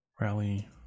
rally